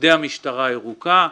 עובדי המשטרה הירוקה.